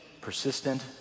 persistent